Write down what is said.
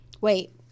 Wait